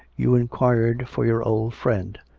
you inquired for your old friend,